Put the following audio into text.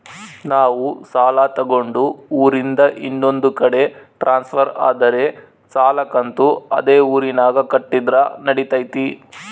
ನಾವು ಸಾಲ ತಗೊಂಡು ಊರಿಂದ ಇನ್ನೊಂದು ಕಡೆ ಟ್ರಾನ್ಸ್ಫರ್ ಆದರೆ ಸಾಲ ಕಂತು ಅದೇ ಊರಿನಾಗ ಕಟ್ಟಿದ್ರ ನಡಿತೈತಿ?